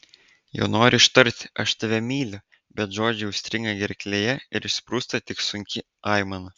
jau noriu ištarti aš tave myliu bet žodžiai užstringa gerklėje ir išsprūsta tik sunki aimana